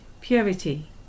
purity